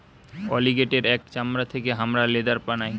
অলিগেটের এর চামড়া থেকে হামরা লেদার বানাই